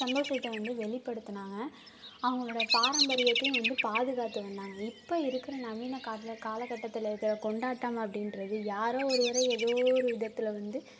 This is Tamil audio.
சந்தோஷத்த வந்து வெளிப்படுத்தினாங்க அவங்களோட பாரம்பரியத்தையும் வந்து பாதுகாத்து வந்தாங்க இப்போ இருக்கிற நவீன காலகட்டத்தில் இருக்கிற கொண்டாட்டம் அப்படின்றது யாரோ ஒருவரை ஏதோ ஒரு விதத்தில் வந்து